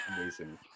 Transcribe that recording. Amazing